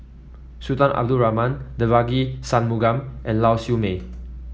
Sultan Abdul Rahman Devagi Sanmugam and Lau Siew Mei